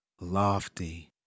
lofty